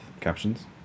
captions